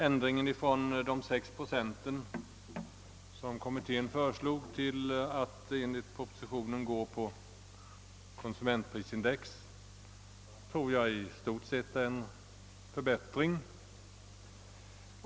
Ändringen från de 6 procenten som kommittén föreslog till att enligt propositionen gå in för konsumentprisindex anser jag i stort sett innebär en förbättring.